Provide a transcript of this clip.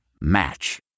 Match